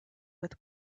with